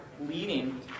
leading